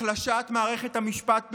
החלשת מערכת המשפט בישראל,